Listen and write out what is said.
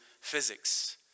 physics